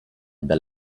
dal